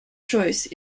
choice